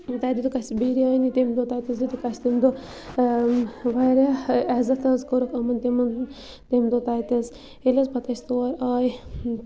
تَتہِ دِتُکھ اَسہِ بِریانی تَمہِ دۄہ تَتہِ حظ دِتُکھ اَسہِ تمہِ دۄہ واریاہ عزَت حظ کوٚرُکھ یِمَن تِمَن تمہِ دۄہ تَتہِ حظ ییٚلہِ حظ پَتہٕ اَسہِ تور آے